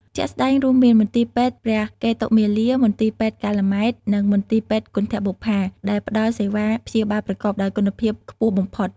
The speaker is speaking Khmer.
ជាក់ស្តែងរួមមាន មន្ទីរពេទ្យព្រះកេតុមាលា មន្ទីរពេទ្យកាល់ម៉ែត និងមន្ទីរពេទ្យគន្ធបុប្ផា ដែលផ្តល់សេវាព្យាបាលប្រកបដោយគុណភាពខ្ពស់បំផុត។